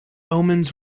omens